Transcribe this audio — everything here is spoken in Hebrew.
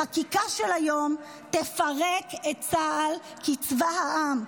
החקיקה של היום תפרק את צה"ל כצבא העם.